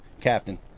captain